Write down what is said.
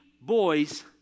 boys